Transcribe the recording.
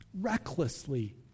Recklessly